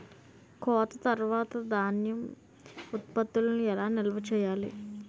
కోత తర్వాత ధాన్యం ఉత్పత్తులను ఎలా నిల్వ చేయాలి?